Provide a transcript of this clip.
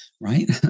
right